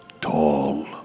tall